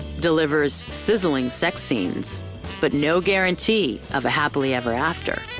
delivers sizzling sex scenes but no guarantee of a happily ever after.